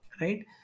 right